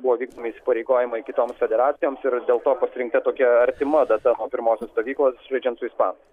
buvo vykdomi įsipareigojimai kitoms federacijoms ir dėl to pasirinkta tokia artima data nuo pirmosios stovyklos žaidžiant su ispan